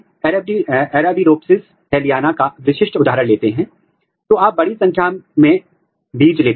अब हम एक एंटीबॉडी का उपयोग कर रहे हैं जो डिगॉक्सिंजिन को पहचानता है